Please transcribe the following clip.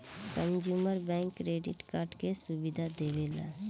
consumer bank credit card के सुविधा देवेला